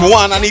one